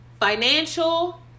financial